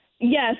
Yes